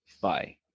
bye